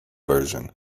version